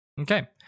okay